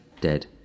dead